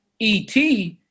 ET